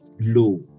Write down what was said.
low